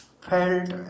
felt